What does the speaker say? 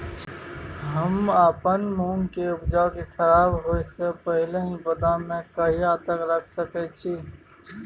हम अपन मूंग के उपजा के खराब होय से पहिले ही गोदाम में कहिया तक रख सके छी?